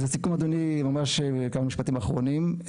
אז לסיכום אדוני, ממש כמה משפטים אחרונים.